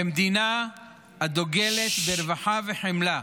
כמדינה הדוגלת ברווחה וחמלה,